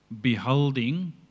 beholding